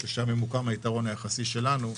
ושם ממוקם היתרון היחסי שלנו.